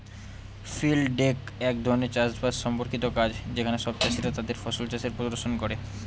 field day এক ধরনের চাষ বাস সম্পর্কিত কাজ যেখানে সব চাষীরা তাদের ফসল চাষের প্রদর্শন করে